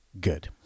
Good